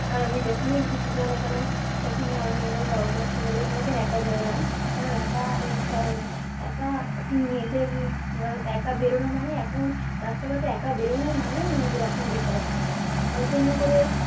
আর আমি যেখানেই ঘুরতে যাই না কেন সেখানে আমি আমার বাবা মায়ের সঙ্গে যাই কোনো দিন একা যাই না কারণ একা আমি কারণ একা এখন মেয়েদের একা বেরোনো মানেই এখন রাস্তাঘাটে একা বেরোনোই মানেই মেয়েদের এখন বিপদ ওই জন্য করে